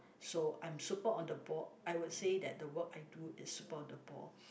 so I'm super on the ball I would say that the work I do is super on the ball